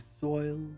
soil